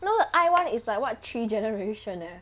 no the 爱 [one] is like [what] three generations eh